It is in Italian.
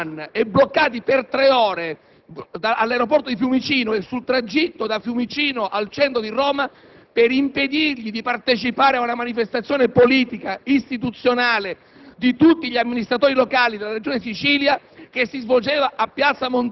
Migliaia di persone sono state sequestrate sui pullman e bloccate per tre ore all'aeroporto di Fiumicino e nel tragitto da Fiumicino al centro di Roma per impedirgli di partecipare ad una manifestazione politico-istituzionale